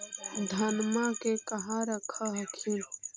धनमा के कहा रख हखिन?